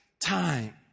time